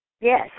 Yes